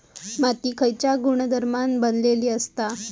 माती खयच्या गुणधर्मान बनलेली असता?